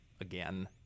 again